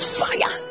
fire